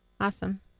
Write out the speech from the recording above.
Awesome